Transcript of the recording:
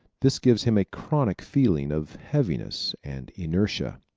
this gives him a chronic feeling of heaviness and inertia.